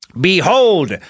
Behold